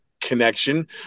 Connection